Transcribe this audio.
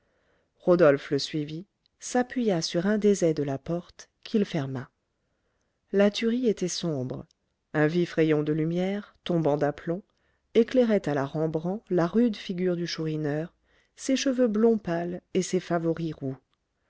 rodolphe le suivit s'appuya sur un des ais de la porte qu'il ferma la tuerie était sombre un vif rayon de lumière tombant d'aplomb éclairait à la rembrandt la rude figure du chourineur ses cheveux blond pâle et ses favoris roux